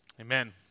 Amen